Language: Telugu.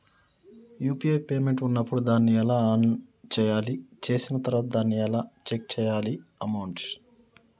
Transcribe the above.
యూ.పీ.ఐ పేమెంట్ ఉన్నప్పుడు దాన్ని ఎలా ఆన్ చేయాలి? చేసిన తర్వాత దాన్ని ఎలా చెక్ చేయాలి అమౌంట్?